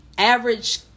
average